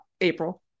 April